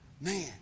Man